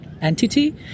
entity